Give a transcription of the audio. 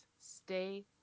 stay